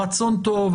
הרצון טוב,